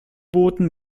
booten